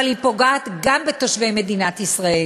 אבל היא פוגעת גם בתושבי מדינת ישראל.